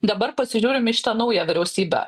dabar pasižiūrim į šitą naują vyriausybę